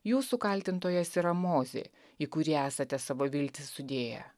jūsų kaltintojas yra mozė į kurį esate savo viltis sudėję